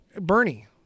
Bernie